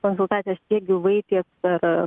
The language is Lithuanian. konsultacijas tiek gyvai tiek ir